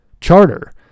charter